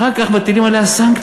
אחר כך מטילים עליה סנקציות.